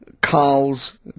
Carl's